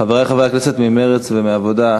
חברי חברי הכנסת ממרצ ומהעבודה,